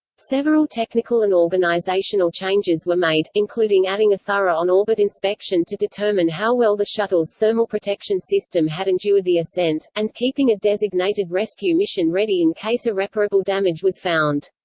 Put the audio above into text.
several technical and organizational changes were made, including adding a thorough on-orbit inspection to determine how well the shuttle's thermal protection system had endured the ascent, and keeping a designated rescue mission ready in case irreparable damage was found.